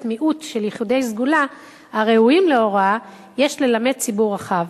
מיעוט של יחידי סגולה הראויים להוראה יש ללמד ציבור רחב.